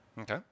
Okay